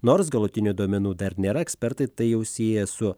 nors galutinių duomenų dar nėra ekspertai tai jau sieja su